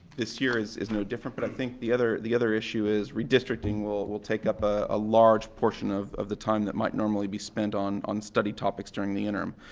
this year is is no different, but i think the other the other issue is redistricting will will take up a large portion of of the time that might normally be spent on on study topics during the interim.